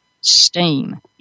Steam